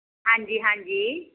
ਹਾਂਜੀ ਹਾਂਜੀ